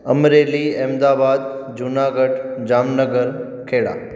Amreli Ahmedabad Junagadh Jamnagar Kheda